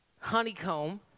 honeycomb